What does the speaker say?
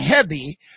heavy